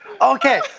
Okay